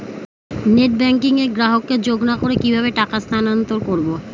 Net banking এ গ্রাহককে যোগ না করে কিভাবে টাকা স্থানান্তর করব?